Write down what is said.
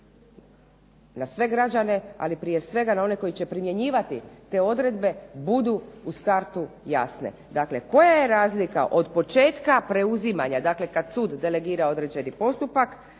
na sve građane, ali prije svega na one koji će primjenjivati te odredbe, budu u startu jasne. Dakle, koja je razlika od početka preuzimanja dakle kad sud delegira određeni postupak,